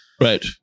Right